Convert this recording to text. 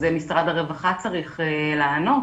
זה משרד הרווחה צריך לענות,